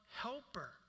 Helper